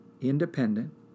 independent